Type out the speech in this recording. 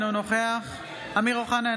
אינו נוכח אמיר אוחנה,